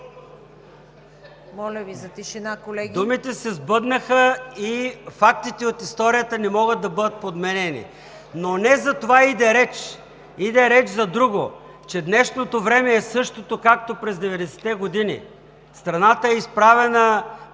Моля Ви за тишина, колеги! ЙОРДАН ЦОНЕВ: Думите се сбъднаха и фактите от историята не могат да бъдат подменени, но не за това иде реч. Иде реч за друго, че днешното време е същото, както през 90-те години. Страната е изправена